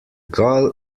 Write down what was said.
gull